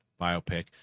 biopic